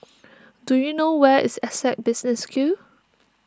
do you know where is Essec Business School